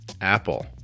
Apple